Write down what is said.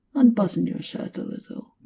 unbutton your shirt a little.